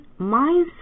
mindset